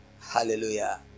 Hallelujah